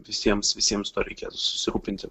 visiems visiems tuo reikėtų susirūpinti